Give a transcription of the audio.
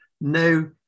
no